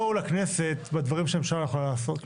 תבואו לכנסת בדברים שממשלה לא יכולה לעשות.